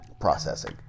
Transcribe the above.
processing